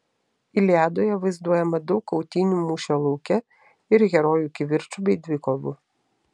iliadoje vaizduojama daug kautynių mūšio lauke ir herojų kivirčų bei dvikovų